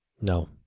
No